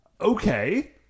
Okay